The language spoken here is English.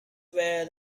where